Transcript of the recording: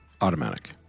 automatic